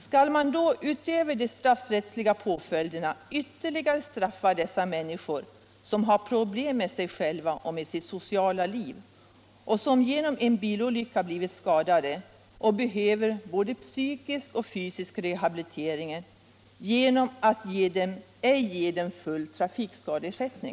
Skall man då utöver de straffrättsliga påföljderna ytterligare straffa dessa människor, som har problem med sig själva och med sitt sociala liv och som genom en bilolycka blivit skadade och behöver både psykisk och fysisk rehabilitering, Trafikskadelag genom att ej ge dem full trafikskadeersättning?